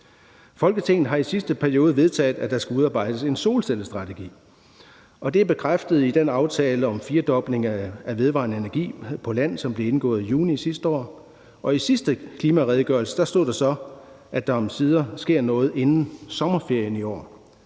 Folketinget har i sidste periode vedtaget, at der skulle udarbejdes en solcellestrategi, og det er bekræftet i den aftale om en firedobling af vedvarende energi på land, som blev indgået i juni sidste år. I sidste klimaredegørelse stod der så, at der omsider sker noget inden sommerferien i år,